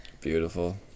Beautiful